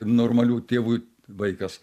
normalių tėvų vaikas